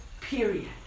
period